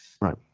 Right